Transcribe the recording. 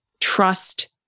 trust